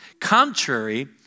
contrary